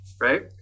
right